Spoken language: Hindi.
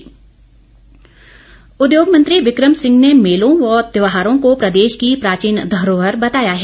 बिकम सिंह उद्योग मंत्री बिकम सिंह ने मेलों व त्यौहारों को प्रदेश की प्राचीन धरोहर बताया है